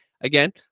again